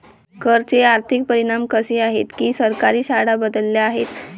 कर चे आर्थिक परिणाम असे आहेत की सरकारी शाळा बदलल्या आहेत